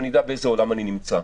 שאני אדע באיזה עולם אני נמצא,